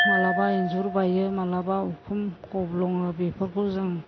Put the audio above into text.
माब्लाबा इन्जुर बायो मालाबा उखुम गब्लङो बेफोरखौ जों